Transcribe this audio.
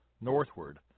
northward